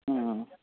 হুম